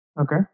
Okay